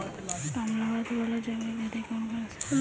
कम लागत वाला जैविक खेती कौन कौन से हईय्य?